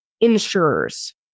insurers